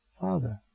Father